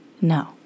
No